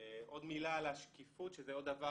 עוד מילה על השקיפות, שזה עוד דבר